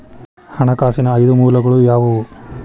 ಹಣಕಾಸಿನ ಐದು ಮೂಲಗಳು ಯಾವುವು?